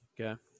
Okay